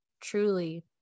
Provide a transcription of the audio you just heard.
truly